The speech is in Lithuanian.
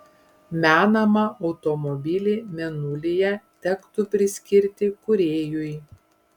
menamą automobilį mėnulyje tektų priskirti kūrėjui